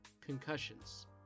concussions